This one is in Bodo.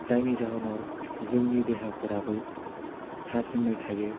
जायनि जाहोनाव जोंनि देहाफोराबो थाजिमै थायो